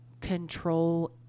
control